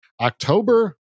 October